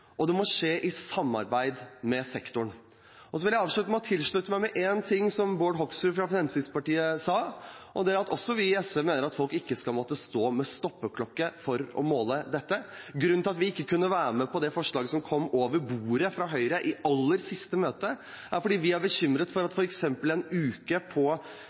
at det må skje i samarbeid med sektoren. Så vil jeg avslutte med å slutte meg til noe av det Bård Hoksrud fra Fremskrittspartiet sa. Også vi i SV mener at folk ikke skal måtte stå med stoppeklokke for å måle dette. Grunnen til at vi ikke kunne være med på det forslaget som kom over bordet fra Høyre i aller siste møte, er at vi er bekymret for at f.eks. en uke på